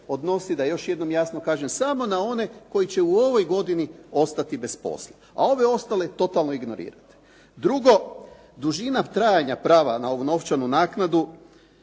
odnosi da još jedanput jasno kažem, samo na one koji će u ovoj godini ostati bez posla, a ove ostale totalno ignorirate. Drugo. Dužina trajanja prava na ovu novčanu naknadu